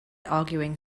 arguing